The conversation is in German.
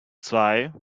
zwei